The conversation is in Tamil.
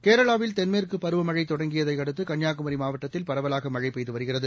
கேரளாவில் தென்மேற்கு பருவமழை தொடங்கியதை அடுத்து கன்னியாகுமரி மாவட்டத்தில் பரவலாக மழை பெய்து வருகிறது